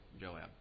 Joab